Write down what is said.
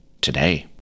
Today